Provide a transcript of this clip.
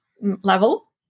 level